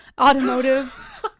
automotive